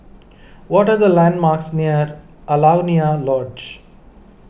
what are the landmarks near Alaunia Lodge